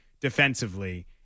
defensively